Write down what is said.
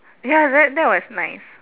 ya that that was nice